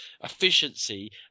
efficiency